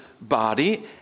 body